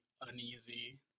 uneasy